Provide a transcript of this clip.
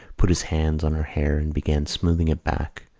put his hands on her hair and began smoothing it back,